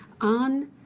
on